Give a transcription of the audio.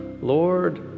Lord